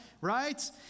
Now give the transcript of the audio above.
right